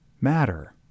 matter